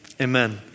amen